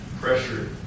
pressure